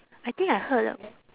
I think I heard